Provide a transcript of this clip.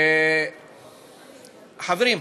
חברים,